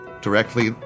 directly